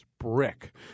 Brick